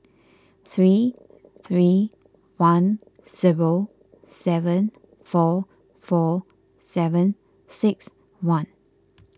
three three one zero seven four four seven six one